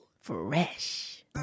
Fresh